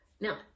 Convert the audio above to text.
now